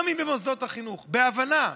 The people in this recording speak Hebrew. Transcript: גם אם במוסדות החינוך, בהבנה,